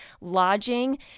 Lodging